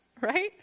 Right